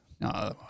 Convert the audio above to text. No